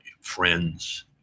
friends